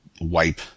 wipe